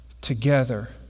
together